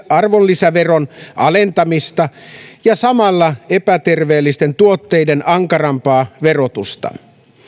arvonlisäveron alentamista ja samalla epäterveellisten tuotteiden ankarampaa verotusta